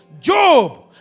Job